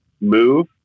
move